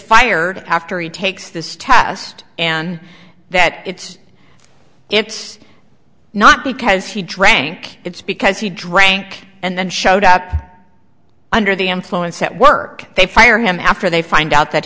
fired after he takes this test and that it's it's not because he drank it's because he drank and then showed up under the influence network they fire him after they find out that